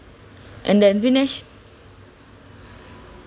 and then vinesh